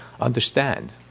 understand